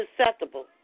acceptable